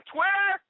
Twitter